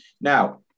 Now